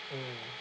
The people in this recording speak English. mm